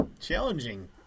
Challenging